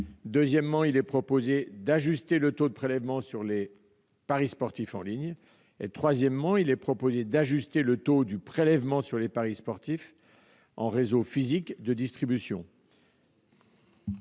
deuxièmement, d'ajuster le taux du prélèvement sur les paris sportifs en ligne et, troisièmement, d'ajuster le taux de prélèvement sur les paris sportifs en réseau physique de distribution.